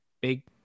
Big